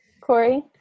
corey